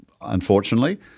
unfortunately